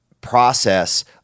process